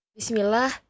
Bismillah